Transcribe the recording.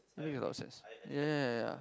makes a lot of sense ya